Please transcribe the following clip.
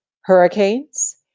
hurricanes